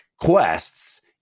quests